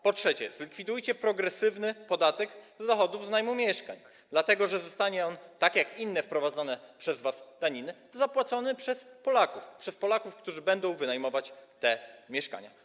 Po trzecie, zlikwidujcie progresywny podatek od dochodów z najmu mieszkań, dlatego że zostanie on, tak jak inne wprowadzone przez was daniny, zapłacony przez Polaków, którzy będą wynajmować te mieszkania.